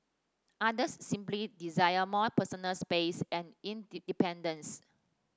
others simply desire more personal space and independence